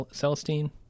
Celestine